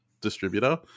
distributor